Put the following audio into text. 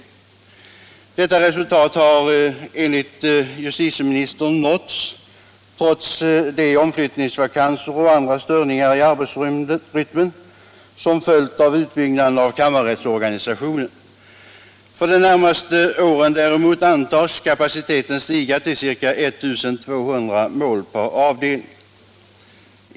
Detta Kammarrättsorga nisationen 1 Kammarrättsorga nisationen resultat har enligt justitieministern nåtts trots de omflyttningsvakanser och andra störningar i arbetsrytmen som följt av utbyggnaden av kammarrättsorganisationen. För de närmaste åren däremot antas kapaciteten stiga till ca 1200 mål per avdelning.